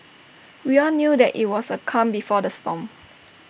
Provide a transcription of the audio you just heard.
we all knew that IT was the calm before the storm